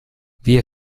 wir